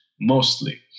mostly